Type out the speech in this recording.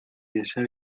desea